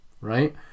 right